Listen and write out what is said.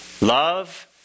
Love